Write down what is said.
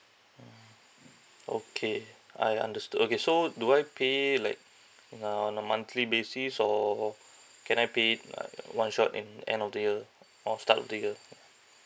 mm okay I understood okay so do I pay it like in a on a monthly basis or can I pay it like one shot in end of the year or start of the year